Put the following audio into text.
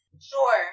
Sure